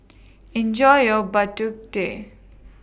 Enjoy your Bak Tut Teh